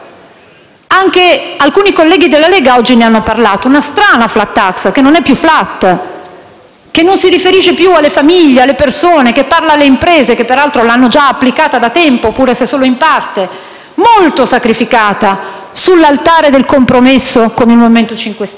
(anche alcuni colleghi della Lega oggi ne hanno parlato), una strana *flat tax* che non è più *flat*, che non si riferisce più alle famiglie e alle persone, che parla alle imprese, che peraltro l'hanno già applicata da tempo, pure se solo in parte, molto sacrificata sull'altare del compromesso con il MoVimento 5 Stelle.